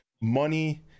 money